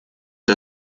der